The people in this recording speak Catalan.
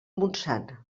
montsant